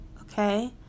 okay